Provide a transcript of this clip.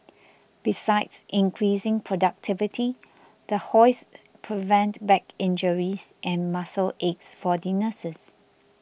besides increasing productivity the hoists prevent back injuries and muscle aches for the nurses